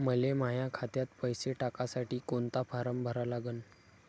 मले माह्या खात्यात पैसे टाकासाठी कोंता फारम भरा लागन?